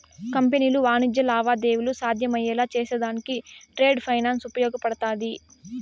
కంపెనీలు వాణిజ్య లావాదేవీలు సాధ్యమయ్యేలా చేసేదానికి ట్రేడ్ ఫైనాన్స్ ఉపయోగపడతాది